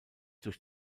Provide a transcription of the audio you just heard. durch